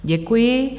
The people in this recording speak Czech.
Děkuji.